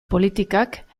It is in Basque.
politikak